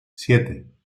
siete